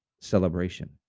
celebration